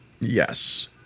Yes